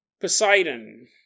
Poseidon